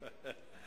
אני לא מסכים.